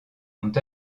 ont